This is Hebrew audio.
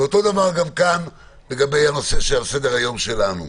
אותו הדבר גם כאן בנושא שעל סדר-היום שלנו.